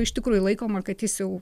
iš tikrųjų laikoma kad jis jau